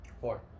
Four